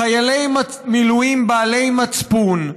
חיילי מילואים בעלי מצפון,